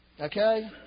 Okay